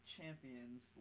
champions